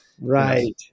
Right